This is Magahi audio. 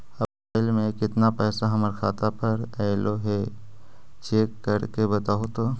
अप्रैल में केतना पैसा हमर खाता पर अएलो है चेक कर के बताहू तो?